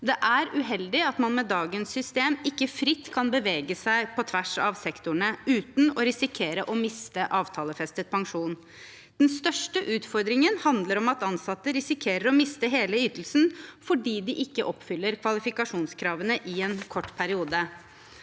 Det er uheldig at man med dagens system ikke fritt kan bevege seg på tvers av sektorene uten å risikere å miste avtalefestet pensjon. Den største utfordringen handler om at ansatte risikerer å miste hele ytelsen fordi de ikke oppfyller kvalifikasjonskravene i en kort periode.